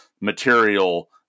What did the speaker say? material